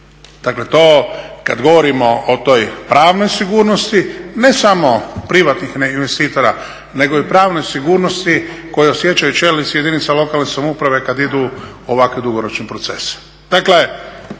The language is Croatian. Dakle to kada govorimo o toj pravnoj sigurnosti ne samo privatnih investitora nego i o pravnoj sigurnosti koju osjećaju čelnici jedinica lokalne samouprave kada idu u ovakve dugoročne procese.